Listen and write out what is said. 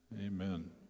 amen